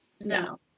No